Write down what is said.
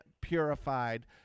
purified